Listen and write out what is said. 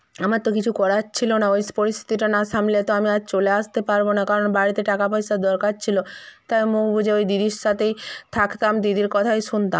আমার তো কিছু করার ছিলো না ওই পরিস্থিতিটা না সামলে তো আমি আর চলে আসতে পারব না কারণ বাড়িতে টাকা পয়সার দরকার ছিলো তাই মুখ বুঁজে ওই দিদির সাথেই থাকতাম দিদির কথাই শুনতাম